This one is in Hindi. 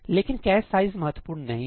लेकिन कैश साइज महत्वपूर्ण नहीं है